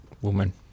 woman